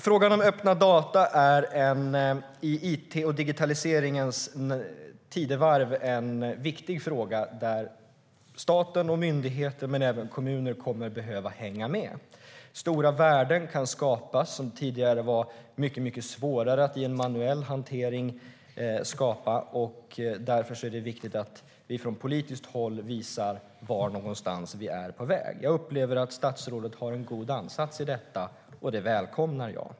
Frågan om öppna data är en i it:ns och digitaliseringens tidevarv viktig fråga där staten och myndigheter, men även kommuner, kommer att behöva hänga med. Stora värden kan skapas, som tidigare var mycket svårare att skapa i en manuell hantering. Därför är det viktigt att vi från politiskt håll visar vart vi är på väg. Jag upplever att statsrådet har en god ansats i detta, och det välkomnar jag.